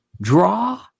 draw